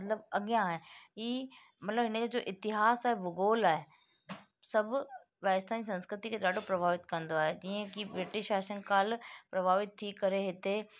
मतिलबु अॻियां आहे हीअ मतिलबु हिन जो जो इतिहास आहे भूगोल आहे सभु राजस्थान जी संस्कृति खे ॾाढो प्रभावित कंदो आहे जीअं की ब्रिटिश शासन काल प्रभावित थी करे हिते